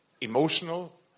emotional